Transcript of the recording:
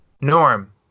Norm